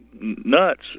nuts